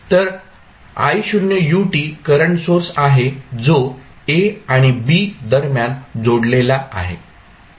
तर current source आहे जो a आणि b दरम्यान जोडलेला आहे